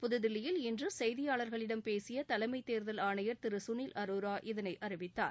புதுதில்லியில் இன்று செய்தியாளர்களிடம் பேசிய தலைமை தேர்தல் ஆணையர் திரு கனில் அரோரா இதனை அறிவித்தார்